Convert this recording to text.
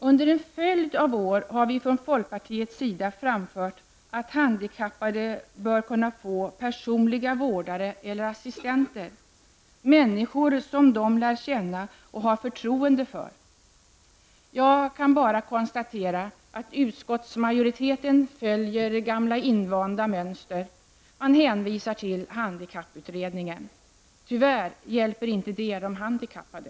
Under en följd av år har vi från folkpartiets sida framfört att handikappade bör kunna få personliga vårdare eller assistenter, människor som de lär känna och ha förtroende för. Jag kan bara konstatera att utskottsmajoriteten följer gamla invanda mönster. Man hänvisar till handikapputredningen. Tyvärr hjälper inte det de handikappade.